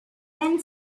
then